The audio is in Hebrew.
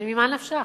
אז ממה נפשך?